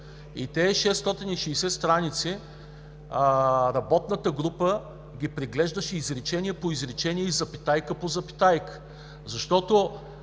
и тези 660 страници работната група ги преглеждаше изречение по изречение и запетая по запетая. Хайде,